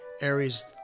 Aries